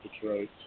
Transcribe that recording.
Detroit